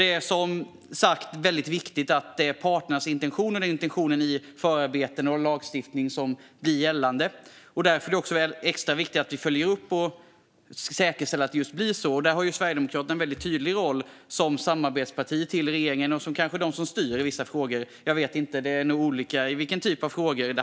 Det är som sagt väldigt viktigt att det är parternas intentioner, intentionerna i förarbeten och lagstiftning, som blir gällande. Därför är det också extra viktigt att vi följer upp och säkerställer att det blir så. Där har Sverigedemokraterna en väldigt tydlig roll som samarbetsparti till regeringen, och kanske som den som styr i många frågor - jag vet inte, det är nog olika i olika typer av frågor.